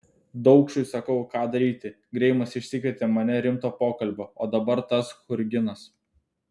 daukšui sakau ką daryti greimas išsikvietė mane rimto pokalbio o dabar tas churginas